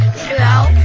throughout